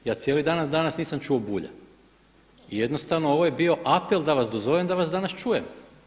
Ja cijeli dan danas nisam čuo Bulja i jednostavno ovo je bio apel da vas dozovem da vas danas čujem.